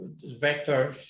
vector